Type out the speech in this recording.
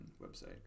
website